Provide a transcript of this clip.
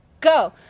go